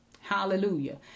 Hallelujah